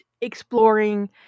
Exploring